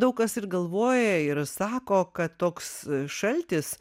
daug kas ir galvoja ir sako kad toks šaltis